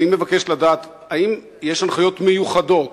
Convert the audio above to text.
אני מבקש לדעת: האם יש הנחיות מיוחדות